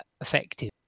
effective